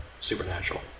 Supernatural